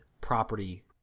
property